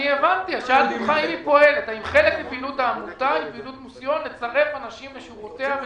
האם חלק מפעילות העמותה היא לצרף אנשים לשורותיה?